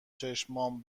چشمام